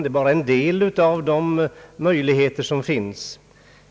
Det är bara en del av de möjligheter som finns.